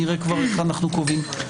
נראה כבר איך אנחנו קובעים אותו.